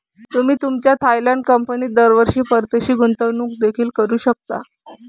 तुम्ही तुमच्या थायलंड कंपनीत दरवर्षी परदेशी गुंतवणूक देखील करू शकता